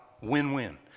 win-win